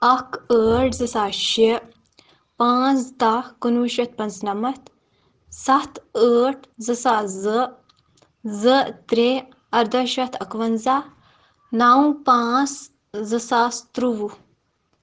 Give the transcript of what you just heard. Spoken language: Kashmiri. اَکھ ٲٹھ زٕ ساس شےٚ پانٛژھ دَہ کُنوُہ شَتھ پانٛژھ نَمَتھ سَتھ ٲٹھ زٕ ساس زٕ زٕ ترٛےٚ اَرداہ شٮ۪تھ اَکہٕ وَںٛزاہ نَو پانٛژھ زٕ ساس ترٛوٚوُہ